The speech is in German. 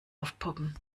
aufpoppen